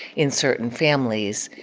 in certain families,